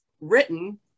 written